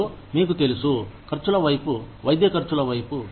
మరియు మీకు తెలుసు ఖర్చుల వైపు వైద్య ఖర్చుల వైపు